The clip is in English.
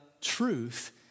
truth